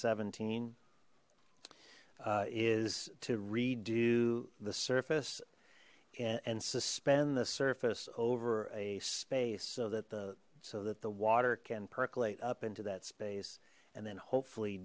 seventeen is to redo the surface and suspend the surface over a space so that the so that the water can percolate up into that space and then hopefully